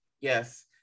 Yes